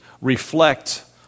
reflect